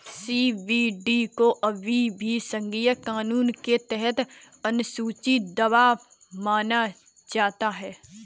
CBD को अभी भी संघीय कानून के तहत अनुसूची दवा माना जाता है